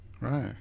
Right